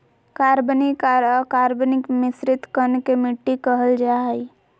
कार्बनिक आर अकार्बनिक मिश्रित कण के मिट्टी कहल जा हई